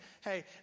hey